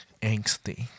angsty